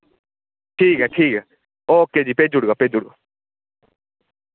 ठीक ऐ ठीक ऐ ओके जी भेजी ओड़गा भेजी ओड़गा